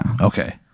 Okay